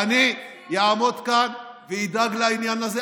אני אעמוד כאן ואדאג לעניין הזה,